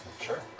Sure